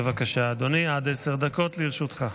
בבקשה, אדוני, עד עשר דקות לרשותך.